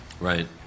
Right